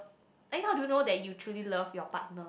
and how do you know that you truly love your partner